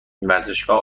ورزشگاه